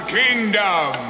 kingdom